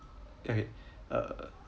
K uh